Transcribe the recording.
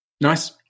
Nice